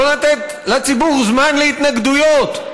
לא לתת לציבור זמן להתנגדויות.